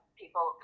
people